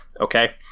okay